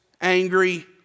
angry